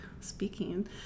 speaking